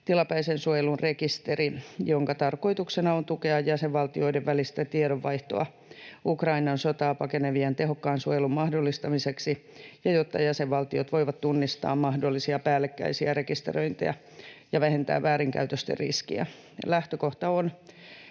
tilapäisen suojelun rekisteri, jonka tarkoituksena on tukea jäsenvaltioiden välistä tiedonvaihtoa Ukrainan sotaa pakenevien tehokkaan suojelun mahdollistamiseksi ja jotta jäsenvaltiot voivat tunnistaa mahdollisia päällekkäisiä rekisteröintejä ja vähentää väärinkäytösten riskejä. Lähtökohtana